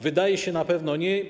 Wydaje się, że na pewno nie.